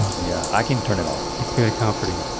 yeah, i can turn it off. it's very comforting.